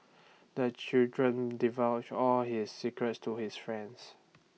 the children divulge all his secrets to his friends